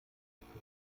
erfüllt